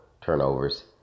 turnovers